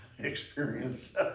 Experience